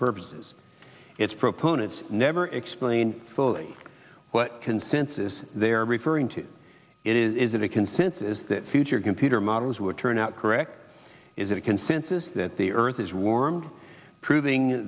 purposes its proponents never explain fully what consensus they are referring to it is a consensus that future computer models were turned out correct is it a consensus that the earth is warmed proving